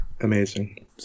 Amazing